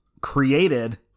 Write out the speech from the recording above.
created